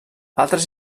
altres